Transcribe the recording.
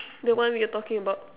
the one we're talking about